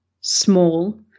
small